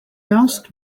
asked